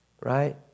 right